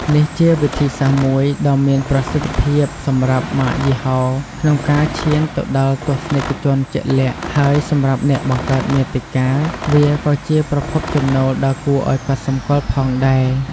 នេះជាវិធីសាស្ត្រមួយដ៏មានប្រសិទ្ធភាពសម្រាប់ម៉ាកយីហោក្នុងការឈានទៅដល់ទស្សនិកជនជាក់លាក់ ហើយសម្រាប់អ្នកបង្កើតមាតិកា វាក៏ជាប្រភពចំណូលដ៏គួរឲ្យកត់សម្គាល់ផងដែរ។